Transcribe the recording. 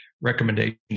recommendations